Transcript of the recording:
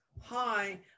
hi